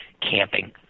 camping